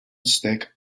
stick